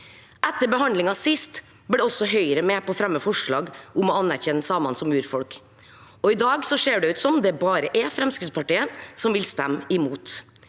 Etter behandlingen sist ble også Høyre med på å fremme forslag om å anerkjenne samene som urfolk, og i dag ser det ut til at det bare er Fremskrittspartiet som vil stemme imot.